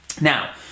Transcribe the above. Now